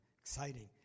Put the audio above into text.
exciting